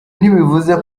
ntibivuze